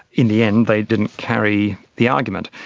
in the end they didn't carry the argument.